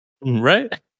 Right